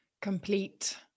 complete